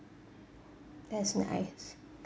that's nice